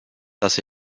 dass